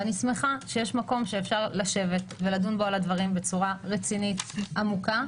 ואני שמחה שיש מקום שאפשר לשבת ולדון בו על הדברים בצורה רצינית ועמוקה,